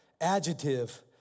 adjective